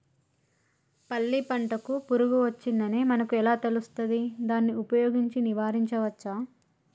పల్లి పంటకు పురుగు వచ్చిందని మనకు ఎలా తెలుస్తది దాన్ని ఉపయోగించి నివారించవచ్చా?